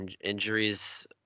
injuries